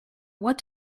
what